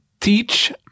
teach